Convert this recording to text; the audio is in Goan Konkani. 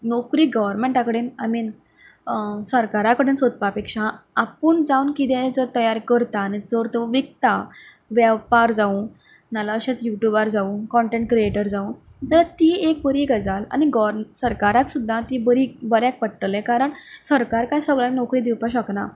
नोकरी गर्वमेंटा कडेन आय मिन सरकारा कडेन सोदपां पेक्षा आपूण जावन किदेंय जो तयार करता आनी जर तो विकता वेपार जाव ना जाल्यार अशेंत यूट्यूबार जावं कॉनटेंट क्रियेटर जावं तर ती एक बरी गजाल आनी गर्वमे सरकाराक सुद्दां ती बरी बऱ्याक पडटलें कारण सरकार काच सगळ्यांक नोकरी दिवपाक शकना